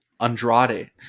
Andrade